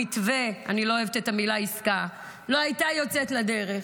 המתווה אני לא אוהבת את המילה "עסקה" לא היו יוצאים לדרך.